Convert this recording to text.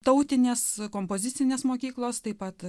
tautinės kompozicinės mokyklos taip pat